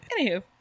Anywho